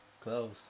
Close